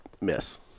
miss